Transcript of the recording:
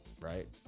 right